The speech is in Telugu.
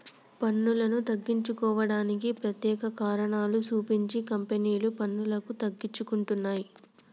పన్నులను తగ్గించుకోవడానికి ప్రత్యేక కారణాలు సూపించి కంపెనీలు పన్నులను తగ్గించుకుంటున్నయ్